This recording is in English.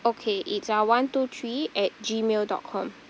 okay it's uh one two three at gmail dot com